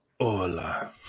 hola